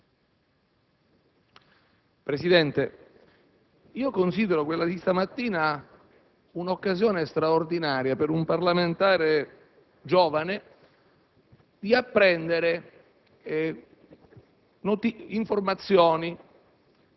Presidente, considero quella di stamattina un'occasione straordinaria per un parlamentare giovane